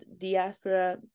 diaspora